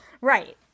Right